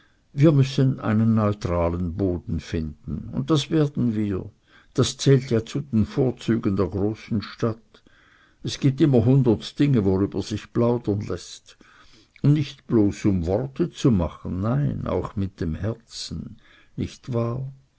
wir müssen einen neutralen boden finden und das werden wir das zählt ja zu den vorzügen der großen stadt es gibt immer hundert dinge worüber sich plaudern läßt und nicht bloß um worte zu machen nein auch mit dem herzen nicht wahr